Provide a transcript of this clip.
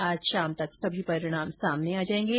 आज शाम तक सभी परिणाम सामने आ जायेंगे